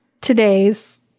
today's